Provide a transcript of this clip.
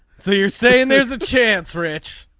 so you're saying there's a chance rich.